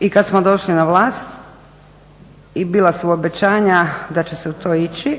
i kada smo došli na vlast i bila su obećanja da će se u to ići.